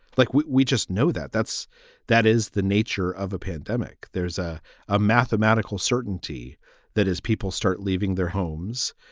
like we we just know that that's that is the nature of a pandemic. there's a a mathematical certainty that as people start leaving their homes,